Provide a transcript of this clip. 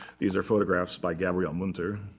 these are photographs by gabriele munter.